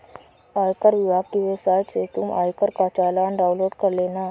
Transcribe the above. आयकर विभाग की वेबसाइट से तुम आयकर का चालान डाउनलोड कर लेना